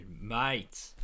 mate